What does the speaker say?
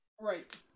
Right